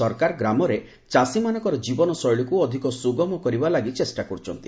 ସରକାର ଗ୍ରାମରେ ଚାଷୀମାନଙ୍କର ଜୀବନଶୈଳୀକୁ ଅଧିକ ସୁଗମ କରିବା ଲାଗି ଚେଷ୍ଟା କର୍ ଚ୍ଚନ୍ତି